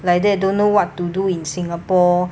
like that don't know what do in singapore